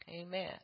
amen